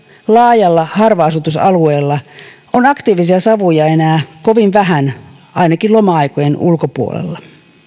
laajalla harva asutusalueella on aktiivisia savuja enää kovin vähän ainakin loma aikojen ulkopuolella